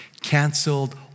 canceled